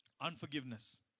unforgiveness